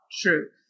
truth